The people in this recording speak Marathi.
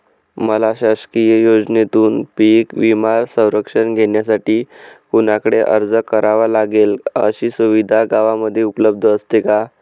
मला शासकीय योजनेतून पीक विमा संरक्षण घेण्यासाठी कुणाकडे अर्ज करावा लागेल? अशी सुविधा गावामध्ये उपलब्ध असते का?